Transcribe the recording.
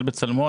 בצלמו.